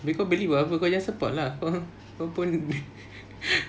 abeh kau beli buat apa kau jangan support lah kau kau pun